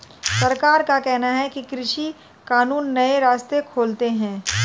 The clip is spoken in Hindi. सरकार का कहना है कि कृषि कानून नए रास्ते खोलते है